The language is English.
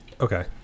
Okay